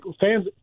fans